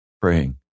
praying